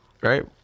right